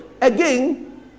again